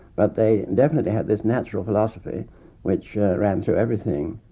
but they definitely had this natural philosophy which ran through everything.